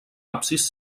absis